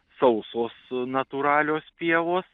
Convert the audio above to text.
sausos natūralios pievos